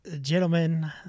gentlemen